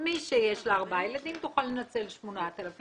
מי שיש לה ארבעה ילדים תוכל לנצל 8,000,